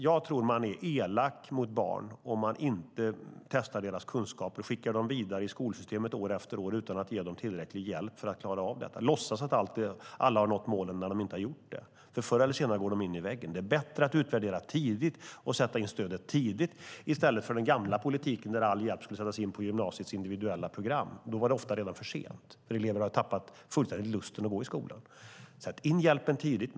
Jag tror att man är elak mot barn om man inte testar deras kunskaper utan skickar dem vidare i skolsystemet år efter år utan att ge dem tillräcklig hjälp för att klara av detta, låtsas att alla har nått målen när de inte har gjort det. Förr eller senare går de in i väggen. Det är bättre att utvärdera tidigt och sätta in stödet tidigt, i stället för den gamla politiken där all hjälp skulle sättas in på gymnasiets individuella program. Då var det ofta redan för sent, för eleverna hade fullständigt tappat lusten att gå i skolan. Sätt in hjälpen tidigt!